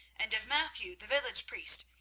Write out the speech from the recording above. and of matthew, the village priest,